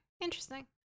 interesting